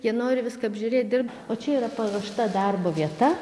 jie nori viską apžiūrėti dirbt o čia yra paruošta darbo vieta